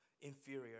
inferior